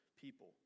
people